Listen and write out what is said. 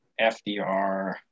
FDR